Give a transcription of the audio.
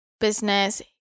business